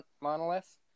monolith